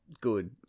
good